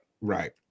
Right